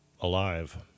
alive